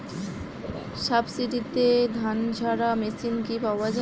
সাবসিডিতে ধানঝাড়া মেশিন কি পাওয়া য়ায়?